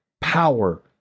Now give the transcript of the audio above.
power